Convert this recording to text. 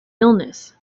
illness